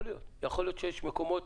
יכול להיות שיש מקומות